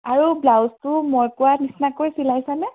আৰু ব্লাউজটো মই কোৱাৰ নিচিনাকৈ চিলাইছা নে